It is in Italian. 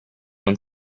non